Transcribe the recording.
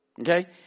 Okay